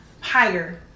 higher